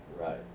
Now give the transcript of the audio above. Right